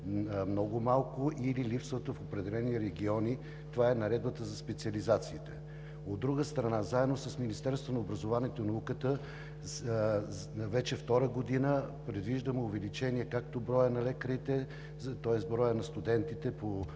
много малко или липсват в определени региони – това е Наредбата за специализациите. От друга страна, заедно с Министерството на образованието и науката вече втора година предвиждаме увеличение както броя на студентите по